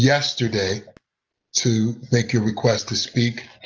yesterday to make your request to speak,